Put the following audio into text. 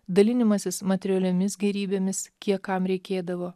dalinimasis materialiomis gėrybėmis kiek kam reikėdavo